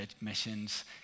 missions